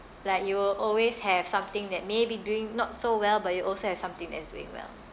like you will always have something that may be doing not so well but you also have something that is doing well